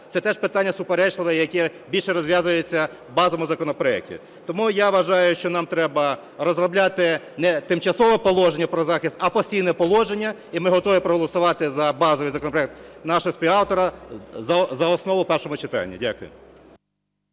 Це теж питання суперечливе, яке більше розв'язується в базовому законопроекті. Тому я вважаю, що нам треба розробляти не тимчасове положення про захист, а постійне положення, і ми готові проголосувати за базовий законопроект нашого співавтора за основу в першому читанні. Дякую.